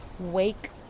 Wake